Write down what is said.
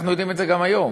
אנחנו יודעים את זה גם היום.